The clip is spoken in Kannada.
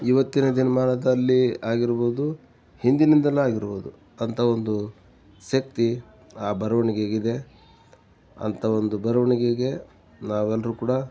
ಇವತ್ತಿನ ದಿನಮಾನದಲ್ಲಿ ಆಗಿರ್ಬೋದು ಹಿಂದಿನಿಂದಲೂ ಆಗಿರ್ಬೋದು ಅಂಥ ಒಂದು ಶಕ್ತಿ ಆ ಬರ್ವಣ್ಗಿಗೆ ಇದೆ ಅಂಥ ಒಂದು ಬರ್ವಣ್ಗೆಗೆ ನಾವೆಲ್ಲರೂ ಕೂಡ